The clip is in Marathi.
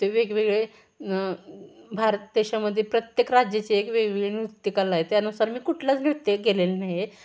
ते वेगवेगळे भारत देशामध्ये प्रत्येक राज्याचे एक वेगवेगळे नृत्यकला आहे त्यानुसार मी कुठलाच नृत्य केलेलं नाही आहे